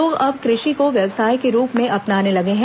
लोग अब कृषि को व्यवसाय के रूप में अपनाने लगे हैं